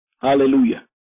Hallelujah